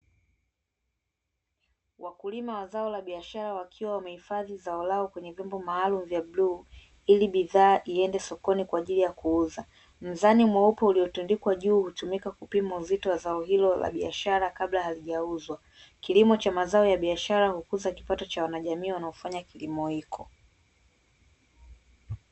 Wakulima wa zao la biashara wakiwa wamehifadhi zao lao kwenye vyombo maalumu vya bluu, ili bidhaa iende sokoni kwa ajili ya kuuza. Mzani mweupe uliotundikwa juu hutumika kupima uzito wa za hilo la biashara kabla halijauzwa. Kilimo cha mazao ya biashara hukuza kipato cha wanajamii wanaofanya kilimo hiko.